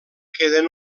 queden